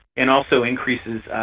and also increases